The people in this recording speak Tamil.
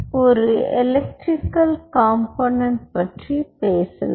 ஒரு எலக்ட்ரிகல் காம்போனென்ட் பற்றி பேசலாம்